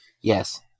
Yes